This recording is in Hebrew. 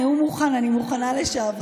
הנאום מוכן, אני מוכנה לשעה וחצי.